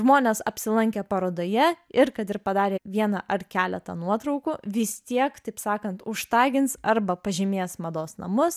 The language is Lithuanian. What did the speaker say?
žmonės apsilankę parodoje ir kad ir padarę vieną ar keletą nuotraukų vis tiek taip sakant užtagins arba pažymės mados namus